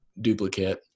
duplicate